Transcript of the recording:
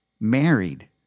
married